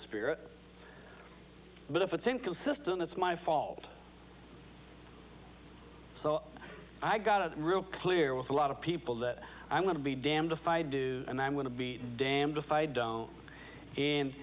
spirit but if it's inconsistent it's my fault so i got a real clear with a lot of people that i'm going to be damned if i do and i'm going to be damned if i don't and